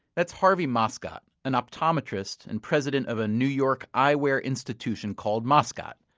that's harvey moscot, an optometrist and president of a new york eyewear institution called moscot.